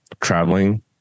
traveling